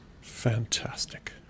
Fantastic